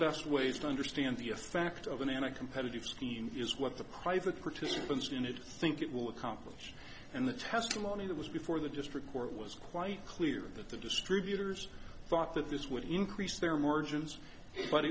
best ways to understand the effect of an anti competitive scheme is what the private participants in it think it will accomplish and the testimony that was before the district court was quite clear that the distributors thought that this would increase their margins but